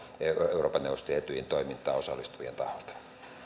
euroopan neuvoston ja etyjin toimintaan osallistuvien taholta